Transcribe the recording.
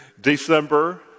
December